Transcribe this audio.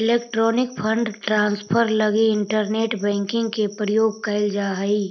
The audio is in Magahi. इलेक्ट्रॉनिक फंड ट्रांसफर लगी इंटरनेट बैंकिंग के प्रयोग कैल जा हइ